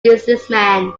businessman